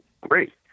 Great